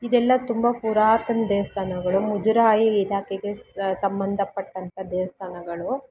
ಇದೆಲ್ಲ ತುಂಬ ಪುರಾತನ ದೇವಸ್ಥಾನಗಳು ಮುಜರಾಯಿ ಇಲಾಖೆಗೆ ಸಂಬಂಧ ಪಟ್ಟಂತ ದೇವಸ್ಥಾನಗಳು